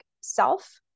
self